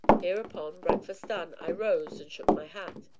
hereupon, breakfast done, i rose, and took my hat.